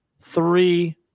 three